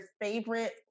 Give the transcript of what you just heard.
favorite